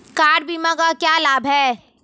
Car बीमा का क्या लाभ है?